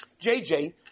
JJ